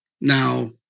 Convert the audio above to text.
Now